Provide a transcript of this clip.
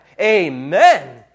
Amen